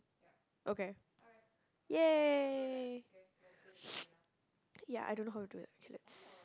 okay !yay! ya I don't know how to do it okay let's